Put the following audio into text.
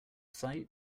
sight